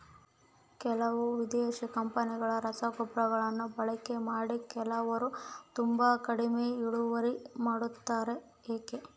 ಕೆಲವು ವಿದೇಶಿ ಕಂಪನಿಗಳ ರಸಗೊಬ್ಬರಗಳನ್ನು ಬಳಕೆ ಮಾಡಿ ಕೆಲವರು ತುಂಬಾ ಕಡಿಮೆ ಇಳುವರಿ ಬರುತ್ತೆ ಯಾಕೆ?